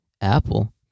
Apple